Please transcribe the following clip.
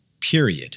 period